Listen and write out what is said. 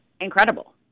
incredible